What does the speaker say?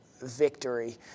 victory